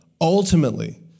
Ultimately